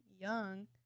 young